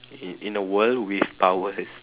in in a world with powers